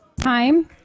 time